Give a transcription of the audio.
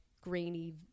grainy